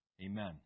Amen